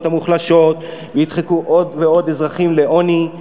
המוחלשות וידחקו עוד ועוד אזרחים לעוני.